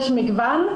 יש מגוון,